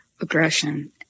aggression